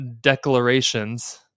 declarations